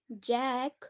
Jack